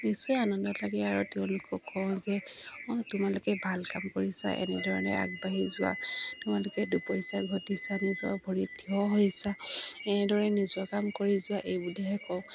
নিশ্চয় আনন্দ লাগে আৰু তেওঁলোকক কওঁ যে অঁ তোমালোকে ভাল কাম কৰিছা এনেধৰণে আগবাঢ়ি যোৱা তোমালোকে দুপইচা ঘটিছা নিজৰ ভৰিত থিয় হৈছা এনেদৰে নিজৰ কাম কৰি যোৱা এইবুলিহে কওঁ